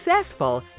successful